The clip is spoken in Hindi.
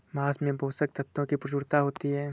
माँस में पोषक तत्त्वों की प्रचूरता होती है